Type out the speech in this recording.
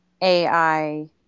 AI